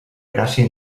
gràcia